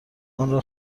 آنرا